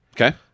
Okay